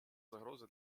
загрози